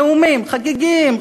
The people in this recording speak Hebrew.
נאומים חגיגיים,